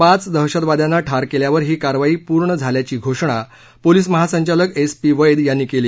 पाच दहशतवाद्यांना ठार केल्यावर ही कारवाई पूर्ण झाली असल्याची घोषणा पोलिस महासंचालक एस पी वद्दयांनी केली